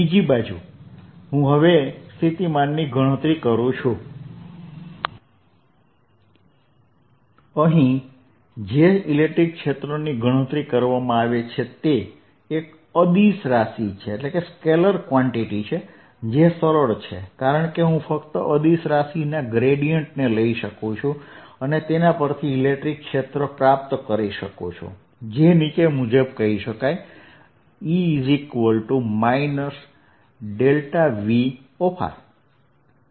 બીજી બાજુ હું હવે સ્થિતિમાનની ગણતરી કરું છું અહીં જે ઇલેક્ટ્રિક ક્ષેત્રની ગણતરી કરવામાં આવે છે તે એક અદિશ રાશિ છે જે સરળ છે કારણ કે હું ફક્ત અદિશ રાશિના ગ્રેડીયેંટને લઈ શકું છું અને તેના પરથી ઇલેક્ટ્રિક ક્ષેત્ર પ્રાપ્ત કરી શકું છું જે નીચે મુજબ કહી શકાય E Vr